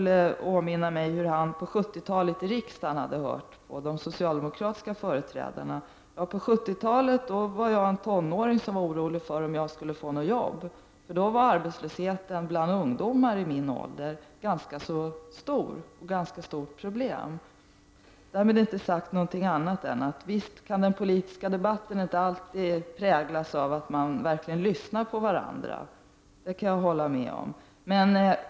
Elver Jonsson påminde mig hur han under 70-talet i riksdagen hade lyssnat till de socialdemokratiska företrädarna. Under 70-talet var jag en tonåring som var orolig för om jag skulle få något jobb. Då var arbetslösheten bland ungdomar i min ålder ett ganska stort problem. Därmed inte sagt någonting annat än att den politiska debatten inte alltid präglas av att man verkligen lyssnar på varandra. Det kan jag hålla med om.